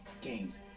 Games